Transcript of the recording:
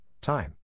time